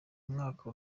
mwaka